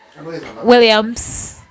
Williams